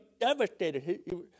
devastated